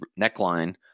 neckline